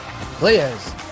players